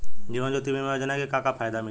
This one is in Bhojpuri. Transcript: जीवन ज्योति बीमा योजना के का फायदा मिली?